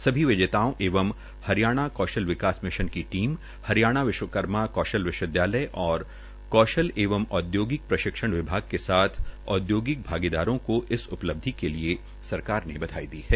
सभी विजेता एवं हरियाणा कौशल विकास मिशन की टीम हरियाणा विश्वकर्मा कौशल विश्वविदयालय और कौशल एवं औदयोगिक प्रशिक्षण विभाग के साथ औदयोगिक भागीदारों को इस उपलब्धि के लिए सरकार ने बधाई दी गई है